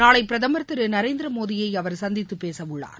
நாளை பிரதமர் திரு நரேந்திரமோடியை அவர் சந்தித்துப் பேசவுள்ளார்